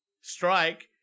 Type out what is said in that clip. strike